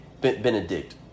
Benedict